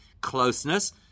closeness